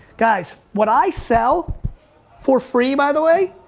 guys, what i sell for free by the way,